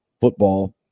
football